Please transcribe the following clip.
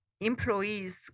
employees